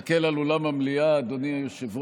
עוד שבוע נוראי בדרכים: ביום שני, 21